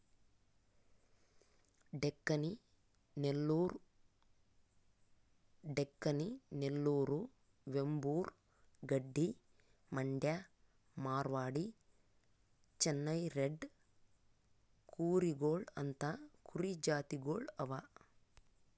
Deccani, Nellore, Vembur, Gaddi, Mandya, Marwari, Chennai red ಕೂರಿಗೊಳ್ ಅಂತಾ ಕುರಿ ಜಾತಿಗೊಳ್ ಅವಾ